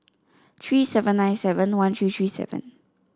three seven nine seven one three three seven